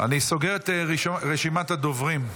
אני סוגר את רשימת הדוברים.